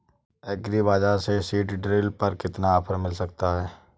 Agree बाजार से seed drill पर कितना ऑफर मिल सकता है?